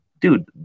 dude